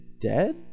dead